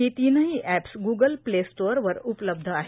ही तीनही apps Google play स्टोअरवर उपलब्ध आहेत